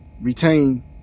retain